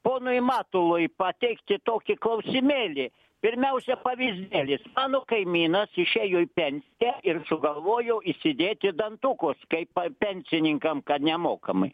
ponui matului pateikti tokį klausimėlį pirmiausia pavyzdėlis mano kaimynas išėjo į pensiją ir sugalvojo įsidėti dantukus kaip pensininkam kad nemokamai